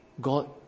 God